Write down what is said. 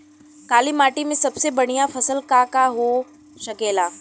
काली माटी में सबसे बढ़िया फसल का का हो सकेला?